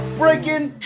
breaking